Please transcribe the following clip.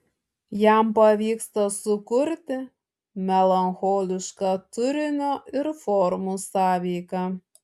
jam pavyksta sukurti melancholišką turinio ir formų sąveiką